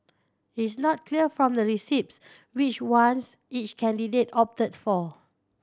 is not clear from the receipts which ones each candidate opted for